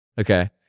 Okay